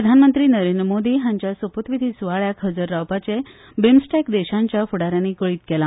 प्रधानमंत्री नरेंद्र मोदी हांच्या सोपूतविधी सुवाळयाक हजर रावपाचे बिमस्टॅक देशांच्या फुडा यानी कळीत केला